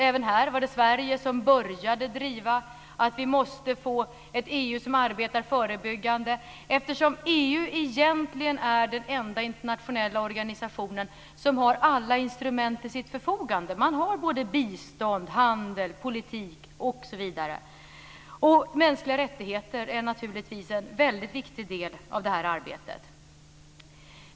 Även här var det Sverige som började driva att vi måste få ett EU som arbetar förebyggande eftersom EU egentligen är den enda internationella organisationen som har alla instrument till sitt förfogande. Man har bistånd, handel, politik, osv. Mänskliga rättigheter är naturligtvis en mycket viktig del av det här arbetet.